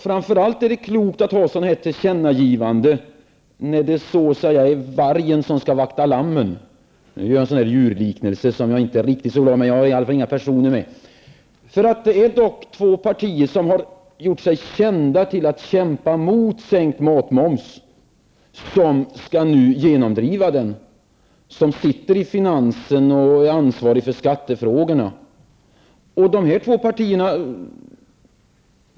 Framför allt är det klokt att ha sådana här tillkännagivanden när det så att säga är vargen som skall vakta lammen. Nu gör jag en sådan där djurliknelse som jag inte är riktigt bra på, men jag har i alla fall inga personer med. Det är dock två partier som har gjort sig kända för att kämpa mot sänkt matmoms som nu skall genomdriva den. Dessa båda partier är ansvariga för finanserna och skattefrågorna.